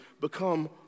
become